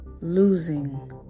Losing